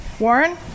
Warren